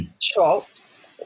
Chops